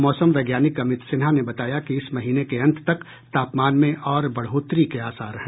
मौसम वैज्ञानिक अमित सिन्हा ने बताया कि इस महीने के अंत तक तापमान में और बढ़ोतरी के आसार हैं